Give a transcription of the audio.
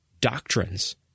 doctrines